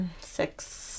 six